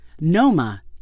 Noma